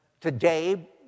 today